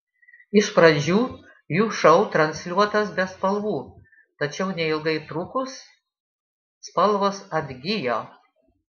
iš pradžių jų šou transliuotas be spalvų tačiau neilgai trukus spalvos atgijo